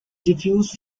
diffuse